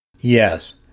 Yes